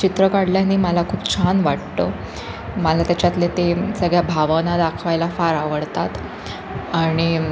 चित्र काढल्याने मला खूप छान वाटतं मला त्याच्यातले ते सगळ्या भावना दाखवायला फार आवडतात आणि